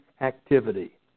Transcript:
activity